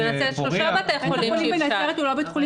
יש --- בית החולים בנצרת הוא לא בית חולים שלי,